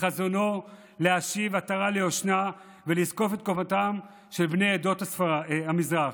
לחזונו להשיב עטרה ליושנה ולזקוף את קומתם של בני עדות המזרח.